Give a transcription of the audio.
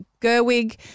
Gerwig